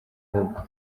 ahubwo